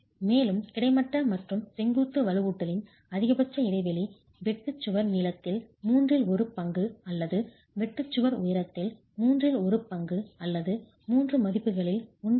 மேலும் கிடைமட்ட மற்றும் செங்குத்து வலுவூட்டலின் அதிகபட்ச இடைவெளி வெட்டு சுவர் நீளத்தில் மூன்றில் ஒரு பங்கு அல்லது வெட்டு சுவர் உயரத்தில் மூன்றில் ஒரு பங்கு அல்லது 3 மதிப்புகளில் 1